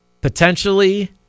potentially